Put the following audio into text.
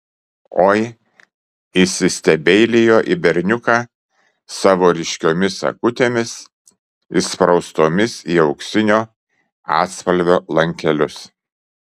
oi įsistebeilijo į berniuką savo ryškiomis akutėmis įspraustomis į auksinio atspalvio lankelius